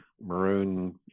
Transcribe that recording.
maroon